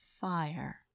fire